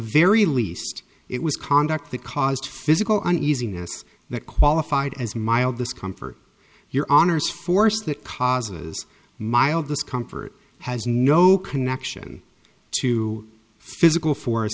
very least it was conduct that caused physical uneasiness that qualified as mild discomfort your honour's force that causes mild discomfort has no connection to physical for